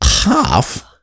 half